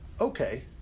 okay